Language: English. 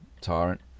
tyrant